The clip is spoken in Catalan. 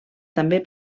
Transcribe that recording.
també